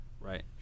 Right